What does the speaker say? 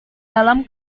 dalam